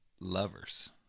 Lovers